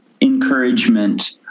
encouragement